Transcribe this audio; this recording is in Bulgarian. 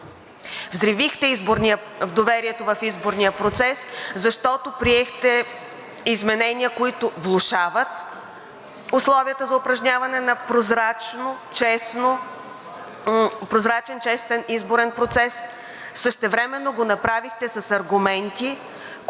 Взривихте доверието в изборния процес, защото приехте изменения, които влошават условията за упражняване на прозрачен, честен изборен процес. Същевременно го направихте с аргументи, които или липсваха,